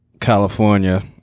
California